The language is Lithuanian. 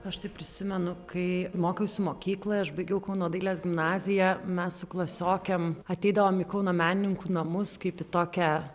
aš tai prisimenu kai mokiausi mokykloje aš baigiau kauno dailės gimnaziją mes su klasiokėm ateidavom į kauno menininkų namus kaip į tokią